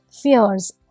fears